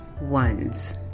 ones